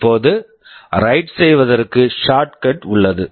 இப்போது write write செய்வதற்கு shortcut shortcut உள்ளது